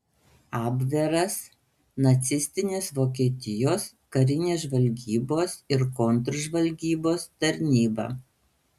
abveras nacistinės vokietijos karinės žvalgybos ir kontržvalgybos tarnyba